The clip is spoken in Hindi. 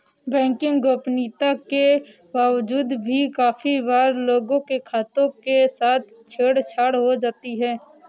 बैंकिंग गोपनीयता के बावजूद भी काफी बार लोगों के खातों के साथ छेड़ छाड़ हो जाती है